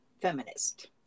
feminist